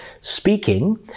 speaking